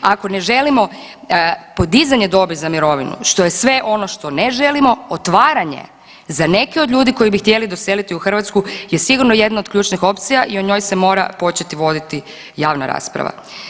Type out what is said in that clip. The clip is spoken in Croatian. Ako ne želimo podizanje dobi za mirovinu što je sve ono što ne želimo otvaranje za neke od ljudi koji bi htjeli doseliti u Hrvatsku je sigurno jedno od ključnih opcija i o njoj se mora početi voditi javna rasprava.